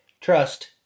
trust